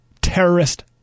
terrorist